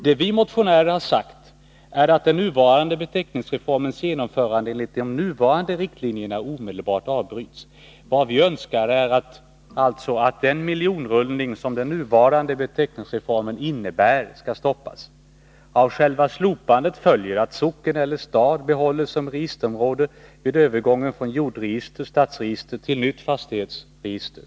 Det vi motionärer har sagt är att den nuvarande beteckningsreformens genomförande, enligt rådande riktlinjer, omedelbart bör avbrytas. Vad vi önskar är alltså att den miljonrullning som den nuvarande beteckningsreformen innebär skall stoppas och att socken eller stad behålls som registerområde vid övergången från jordregister/stadsregister till nytt fastighetsregister.